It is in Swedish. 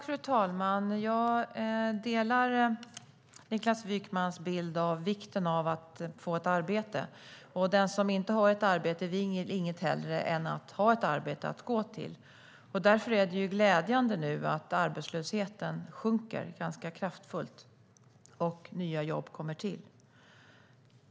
Fru talman! Jag delar Niklas Wykmans bild av vikten av att få ett arbete. Den som inte har ett arbete vill inget hellre än att ha ett arbete att gå till. Därför är det nu glädjande att arbetslösheten sjunker ganska kraftfullt och att nya jobb kommer till.